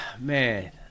man